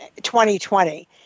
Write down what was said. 2020